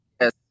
Yes